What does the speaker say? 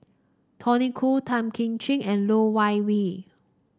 Tony Khoo Tan Kim Ching and Loh Wai we